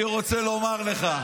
אני רוצה לומר לך,